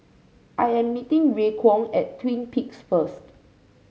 I am meeting Raekwon at Twin Peaks first